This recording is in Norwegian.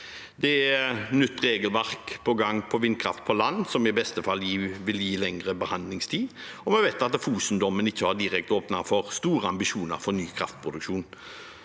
Det er nytt regelverk på gang for vindkraft på land, som i beste fall vil gi lengre behandlingstid, og vi vet at Fosen-dommen ikke direkte har åpnet for store ambisjoner for ny kraftproduksjon.